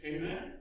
Amen